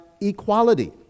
equality